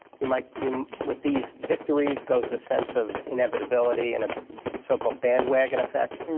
you might you with these victories goes a sense of inevitability and a so-called bandwagon effect.